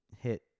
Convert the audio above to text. hit